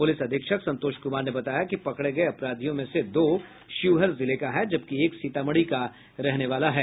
police अधीक्षक संतोष कुमार ने बताया कि पकड़े गये अपराधियों में से दो शिवहर जिले का है जबकि एक सीतामढ़ी का रहने वाला है